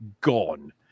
gone